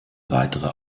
weitere